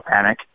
panic